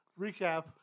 recap